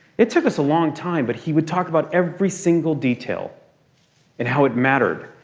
it took us a long time, but he would talk about every single detail and how it mattered.